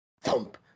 thump